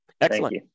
Excellent